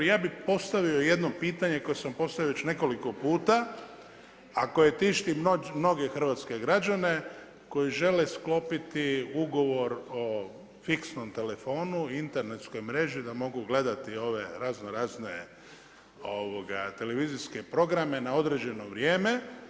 Ja bih postavio jedno pitanje koje sam postavio već nekoliko puta, a koje tišti mnoge hrvatske građane koji žele sklopiti ugovor o fiksnom telefonu, internetskoj mreži da mogu gledati ove razno razne televizijske programe na određeno vrijeme.